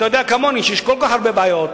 אתה יודע כמוני שיש כל כך הרבה בעיות